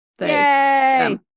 Yay